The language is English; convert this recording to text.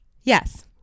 Yes